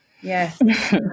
Yes